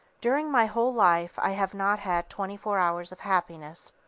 during my whole life i have not had twenty-four hours of happiness.